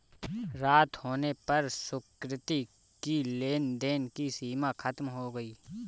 रात होने पर सुकृति की लेन देन की सीमा खत्म हो गई